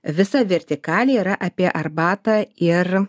visa vertikalė yra apie arbatą ir